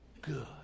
good